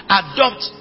adopt